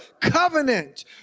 covenant